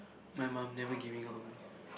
my mum never giving up on me